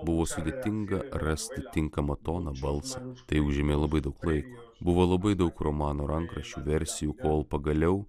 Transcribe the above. buvo sudėtinga rasti tinkamą toną balsą tai užėmė labai daug laiko buvo labai daug romano rankraščių versijų kol pagaliau